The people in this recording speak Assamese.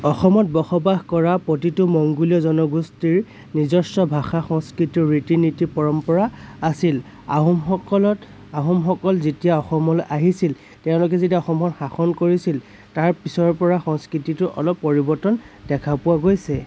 অসমত বসবাস কৰা প্ৰতিটো মংগোলীয় জনগোষ্ঠীৰ নিজস্ব ভাষা সংস্কৃতি ৰীতি নীতি পৰম্পৰা আছিল আহোমসকলত আহোমসকল যেতিয়া অসমলৈ আহিছিল তেওঁলোকে যেতিয়া অসমত শাসন কৰিছিল তাৰ পিছৰপৰা সংস্কৃতিটোৰ অলপ পৰিৱৰ্তন দেখা পোৱা গৈছে